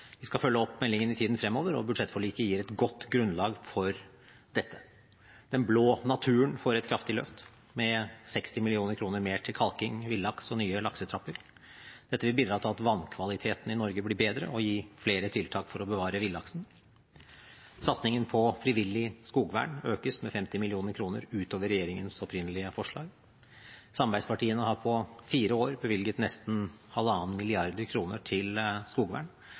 Vi skal følge opp meldingen i tiden fremover, og budsjettforliket gir et godt grunnlag for dette. Den blå naturen får et kraftig løft med 60 mill. kr mer til kalking, villaks og nye laksetrapper. Dette vil bidra til at vannkvaliteten i Norge blir bedre, og gi flere tiltak for å bevare villaksen. Satsingen på frivillig skogvern økes med 50 mill. kr utover regjeringens opprinnelige forslag. Samarbeidspartiene har på fire år bevilget nesten 1,5 mrd. kr til skogvern.